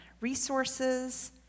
resources